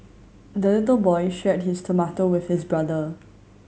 the little boy shared his tomato with his brother